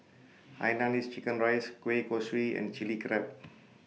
Hainanese Chicken Rice Kueh Kosui and Chili Crab